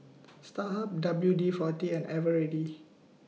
Starhub W D forty and Eveready